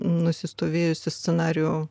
nusistovėjusį scenarijų